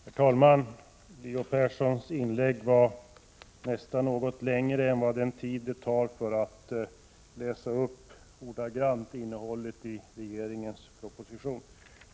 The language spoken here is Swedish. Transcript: Herr talman! Leo Perssons inlägg var nästan något längre än den tid det tar att ordagrant läsa upp innehållet i regeringens proposition.